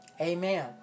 Amen